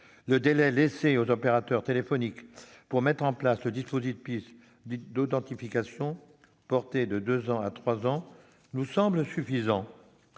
Le délai laissé aux opérateurs téléphoniques pour mettre en place le dispositif d'authentification, porté de deux ans à trois ans, nous semble suffisant.